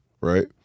right